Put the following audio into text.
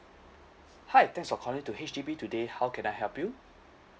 hi thanks for calling to H_D_B today how can I help you